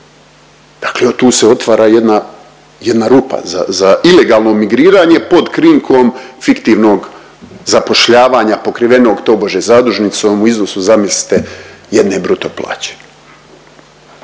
dakle tu se otvara jedna, jedna rupa za, za ilegalno migriranje pod krinkom fiktivnog zapošljavanja pokrivenog tobože zadužnicom u iznosu zamislite jedne bruto plaće.